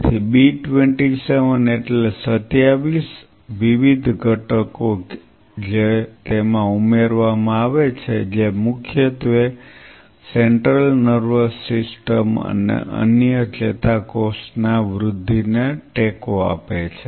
તેથી બી 27 એટલે 27 વિવિધ ઘટકો જે તેમાં ઉમેરવામાં આવે છે જે મુખ્યત્વે સેન્ટ્રલ નર્વસ સિસ્ટમ અને અન્ય ચેતાકોષ ના વૃદ્ધિને ટેકો આપે છે